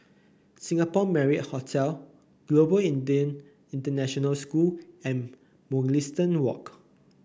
Singapore Marriott Hotel Global Indian International School and Mugliston Walk